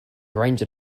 ranger